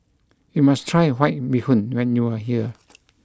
you must try White Bee Hoon when you are here